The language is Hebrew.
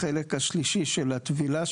החלק השלישי של הטבילה,